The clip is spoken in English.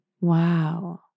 Wow